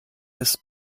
bis